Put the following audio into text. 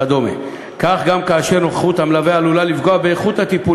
כך גם כאשר נוכחות המלווה עלולה לפגוע באיכות הטיפול